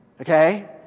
Okay